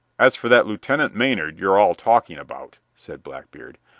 as for that lieutenant maynard you're all talking about, said blackbeard,